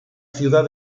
ciudad